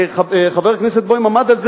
וחבר הכנסת בוים עמד על כך,